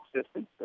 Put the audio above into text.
assistance